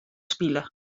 spile